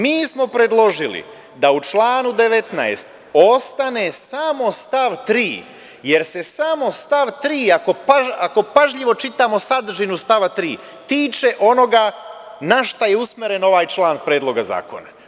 Mi smo predložili da u članu 19. ostane samo stav 3, jer se samo stav 3. ako pažljivo čitamo sadržinu stava 3. tiče onoga na šta je usmeren ovaj član Predloga zakona.